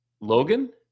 Logan